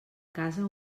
casa